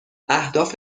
اهداف